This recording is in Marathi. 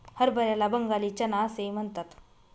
हरभऱ्याला बंगाली चना असेही म्हणतात